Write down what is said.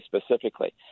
specifically